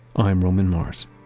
i'm roman mars.